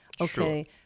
Okay